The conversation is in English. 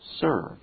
serve